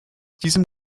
diesem